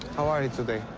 how are you today?